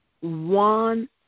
one